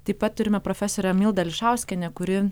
taip pat turime profesorę mildą ališauskienę kuri